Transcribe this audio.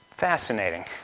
Fascinating